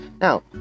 Now